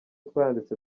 twayanditse